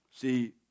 See